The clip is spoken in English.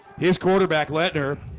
his quarterback letner